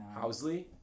housley